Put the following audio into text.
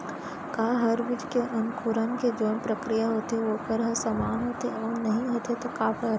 का हर बीज के अंकुरण के जोन प्रक्रिया होथे वोकर ह समान होथे, अऊ नहीं होथे ता काबर?